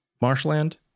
marshland